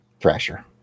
Thrasher